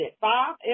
five